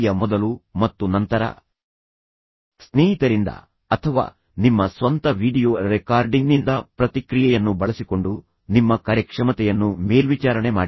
ಯ ಮೊದಲು ಮತ್ತು ನಂತರ ಸ್ನೇಹಿತರಿಂದ ಅಥವಾ ನಿಮ್ಮ ಸ್ವಂತ ವೀಡಿಯೊ ರೆಕಾರ್ಡಿಂಗ್ನಿಂದ ಪ್ರತಿಕ್ರಿಯೆಯನ್ನು ಬಳಸಿಕೊಂಡು ನಿಮ್ಮ ಕಾರ್ಯಕ್ಷಮತೆಯನ್ನು ಮೇಲ್ವಿಚಾರಣೆ ಮಾಡಿ